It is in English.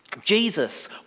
Jesus